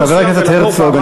חבר הכנסת הרצוג,